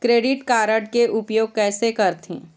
Credit card के उपयोग कैसे करथे?